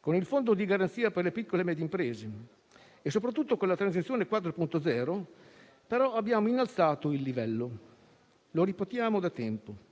Con il fondo di garanzia per le piccole e medie imprese e soprattutto con il piano Transizione 4.0, abbiamo innalzato il livello. Lo ripetiamo da tempo: